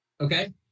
Okay